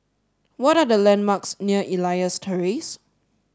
what are the landmarks near Elias Terrace